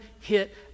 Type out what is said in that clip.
hit